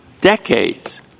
decades